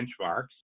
benchmarks